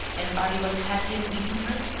and are you unhappy at leaving her?